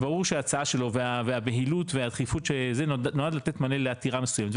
ברור שההצעה שלו והבהילות והדחיפות של זה נועד לתת מענה לעתירה מסוימת.